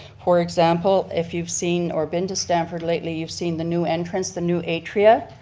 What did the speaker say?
for example if you've seen or been to stamford lately you've seen the new entrance, the new atria.